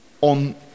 on